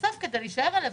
בסוף, כדי להישאר רלוונטיים,